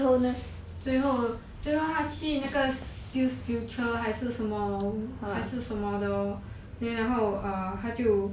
最后最后他去那个 skills future 还是什么 lor 还是什么的 lor then 然后他就